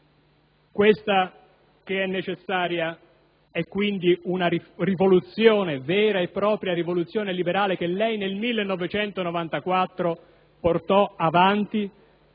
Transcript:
quello che è necessario è quindi una vera e propria rivoluzione liberale che lei nel 1994 portò avanti